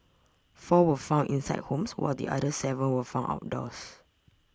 four were found inside homes while the other seven were found outdoors